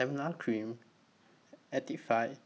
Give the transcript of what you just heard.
Emla Cream Actifed